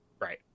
Right